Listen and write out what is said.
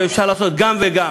ואפשר לעשות גם וגם.